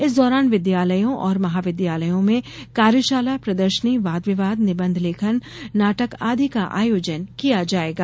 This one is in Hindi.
इस दौरान विद्यालयों और महाविद्यालयों में कार्यशाला प्रदर्शनी वाद विवाद निबंध लेखन नाटक आदि का आयोजन किया जाएगा